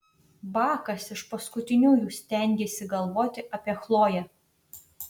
bakas iš paskutiniųjų stengėsi galvoti apie chloję